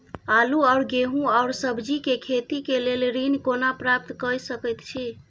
आलू और गेहूं और सब्जी के खेती के लेल ऋण कोना प्राप्त कय सकेत छी?